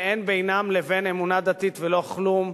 ואין בינן לבין אמונה דתית ולא כלום,